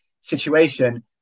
situation